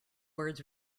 words